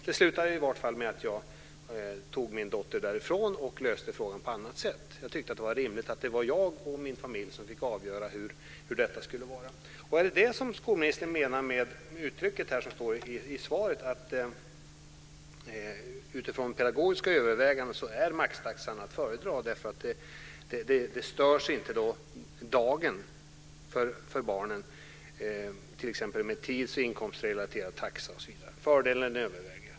Det slutade i vart fall med att jag tog min dotter därifrån och löste frågan på annat sätt. Jag tyckte att det var rimligt att det var jag och min familj som fick avgöra hur detta skulle vara. Är det detta som skolministern menar med uttrycket i svaret att maxtaxan utifrån pedagogiska överväganden är att föredra därför att dagen inte störs för barnen med t.ex. tids och inkomstrelaterad taxa? Fördelarna överväger.